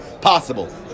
possible